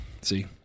See